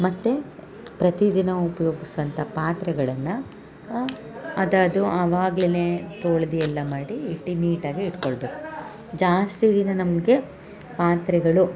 ಮತ್ತು ಪ್ರತಿ ದಿನ ಉಪ್ಯೋಗಿಸುವಂಥ ಪಾತ್ರೆಗಳನ್ನು ಅದದು ಅವಾಗಲೆ ತೊಳ್ದು ಎಲ್ಲ ಮಾಡಿ ಇಟ್ಟು ನೀಟಾಗಿ ಇಟ್ಕೊಳ್ಳಬೇಕು ಜಾಸ್ತಿ ದಿನ ನಮಗೆ ಪಾತ್ರೆಗಳು